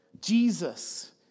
Jesus